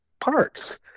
parts